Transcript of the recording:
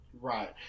right